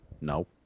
No